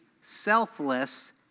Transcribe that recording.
selfless